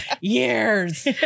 years